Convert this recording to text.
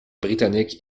britannique